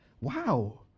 Wow